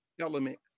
element